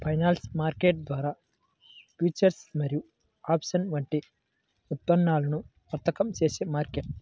financial market ద్వారా futures మరియు options వంటి ఉత్పన్నాలను వర్తకం చేసే మార్కెట్